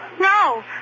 No